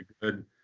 good